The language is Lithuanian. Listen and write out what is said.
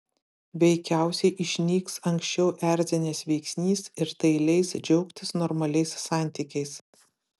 veikiausiai išnyks anksčiau erzinęs veiksnys ir tai leis džiaugtis normaliais santykiais